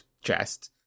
chest